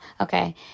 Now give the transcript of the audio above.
okay